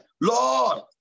Lord